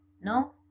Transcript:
no